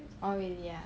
orh really ah